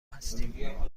هستیم